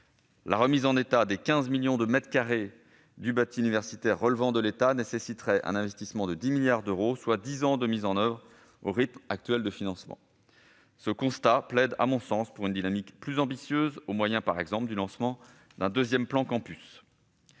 La remise en état des 15 millions de mètres carrés du bâti universitaire relevant de l'État nécessiterait un investissement de 10 milliards d'euros, soit dix ans de mise en oeuvre au rythme actuel de financement. Ce constat plaide, à mon sens, pour une dynamique plus ambitieuse, au moyen, par exemple, du lancement d'un deuxième plan Campus.